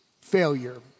failure